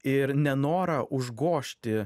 ir nenorą užgožti